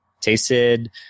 tasted